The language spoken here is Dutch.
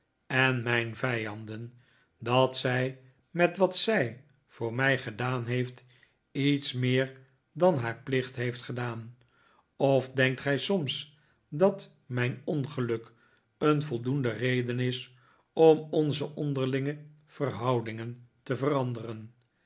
en mijn vijanden dat zij met wat zij voor mij gedaan heeft iets meer dan haar plicht heeft gedaan of denkt gij soms dat mijn ongeluk een voldoende reden is om onze onderlinge verhouding te veranderen